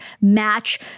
match